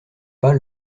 pas